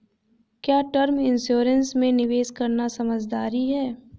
क्या term insurance में निवेश करना समझदारी है?